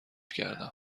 کردم